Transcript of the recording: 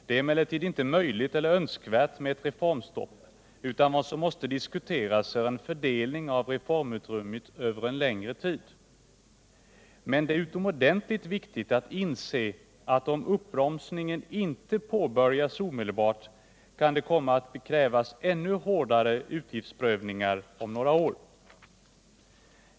Det är emellertid inte möjligt eller önskvärt med ett reformstopp, utan vad som måste diskuteras är en fördelning av reformutrymmet över en längre period. Men det är utomordentligt viktigt att inse, att om uppbromsningen inte påbörjas omedelbart kan det komma att krävas ännu hårdare utgiftsprövningar om några år.